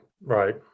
right